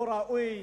לא ראוי.